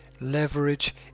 Leverage